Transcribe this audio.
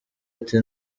ati